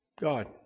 God